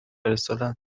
فرستادن